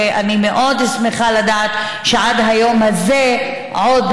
ואני מאוד שמחה לדעת שעד היום הזה עוד